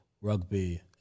rugby